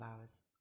hours